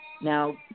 Now